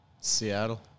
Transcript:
Seattle